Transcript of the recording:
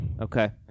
Okay